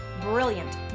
brilliant